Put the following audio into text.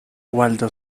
waldo